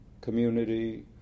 community